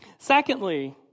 Secondly